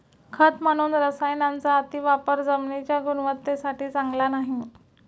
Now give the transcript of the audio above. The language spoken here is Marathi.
खत म्हणून रसायनांचा अतिवापर जमिनीच्या गुणवत्तेसाठी चांगला नाही